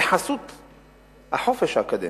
בחסות החופש האקדמי,